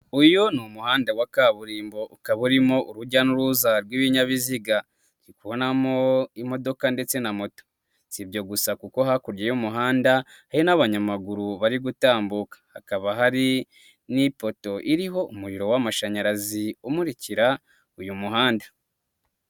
Uyu ni umuhanda wa kaburimbo ukaba urimo urujya n'uruza rw'ibinyabiziga, ndi kubonamo imodoka ndetse na moto, si ibyo gusa kuko hakurya y'umuhanda, hari n'abanyamaguru bari gutambuka, hakaba hari n'ipoto iriho umuriro w'amashanyarazi, umukira uyu muhanda.